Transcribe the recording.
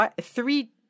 three